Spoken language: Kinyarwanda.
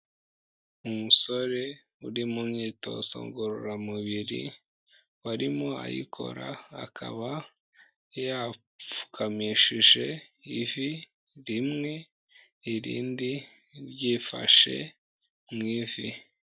Umusore uri mu myitozo ngororamubiri, warimo ayikora akaba yapfukamishije ivi rimwe irindi ryifashe mu ivi.